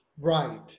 Right